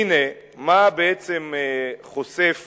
והנה, מה בעצם חושף